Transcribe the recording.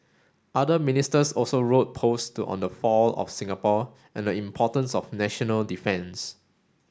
other Ministers also wrote post on the fall of Singapore and the importance of national defence